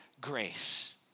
grace